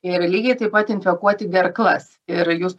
ir lygiai taip pat infekuoti gerklas ir jūs